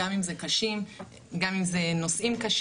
גם אם זה נושאים קשים,